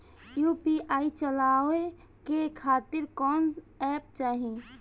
UPI चलवाए के खातिर कौन एप चाहीं?